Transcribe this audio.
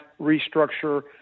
restructure